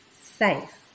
safe